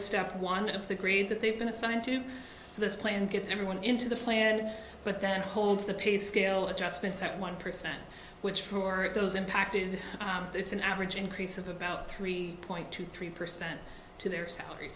step one of the green that they've been assigned to so this plan gets everyone into the plan but that holds the pay scale adjustments at one percent which for those impacted it's an average increase of about three point two three percent to their salaries